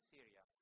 Syria